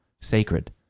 sacred